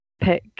pick